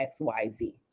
xyz